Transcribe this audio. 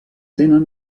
tenen